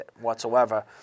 whatsoever